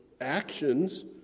actions